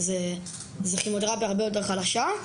זו כימותרפיה הרבה יותר חלשה.